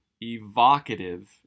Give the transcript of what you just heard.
Evocative